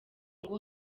ngo